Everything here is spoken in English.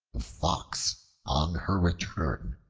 the fox on her return,